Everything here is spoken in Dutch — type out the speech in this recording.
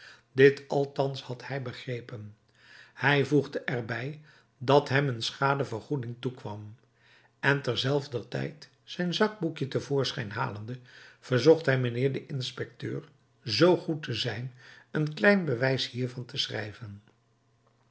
dit althans had hij begrepen hij voegde er bij dat hem een schadevergoeding toekwam en terzelfder tijd zijn zakboekje te voorschijn halende verzocht hij mijnheer den inspecteur zoo goed te zijn een klein bewijs hiervan te schrijven